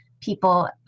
people